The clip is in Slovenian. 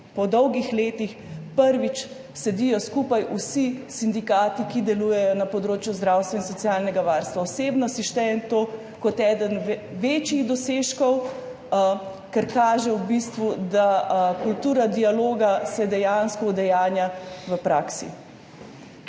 po dolgih letih prvič sedijo skupaj vsi sindikati, ki delujejo na področju zdravstva in socialnega varstva. Osebno si štejem to kot enega večjih dosežkov, ker v bistvu kaže, da se kultura dialoga dejansko udejanja v praksi.